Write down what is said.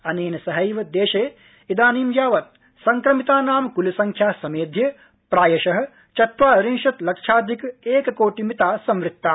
अनेन सहादेशे इदानीं यावत् संक्रमितानां कुलसंख्या समेध्य प्रायश चत्वारिंशत् लक्षाधिक एककोटि मिता संवृत्ता